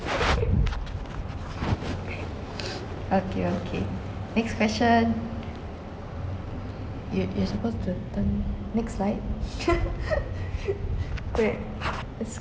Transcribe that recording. okay okay next question you you are supposed to turn next slide correct let's